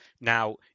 Now